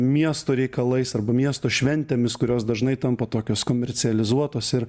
miesto reikalais arba miesto šventėmis kurios dažnai tampa tokios komercializuotos ir